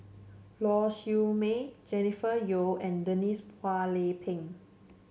Lau Siew Mei Jennifer Yeo and Denise Phua Lay Peng